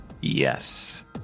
Yes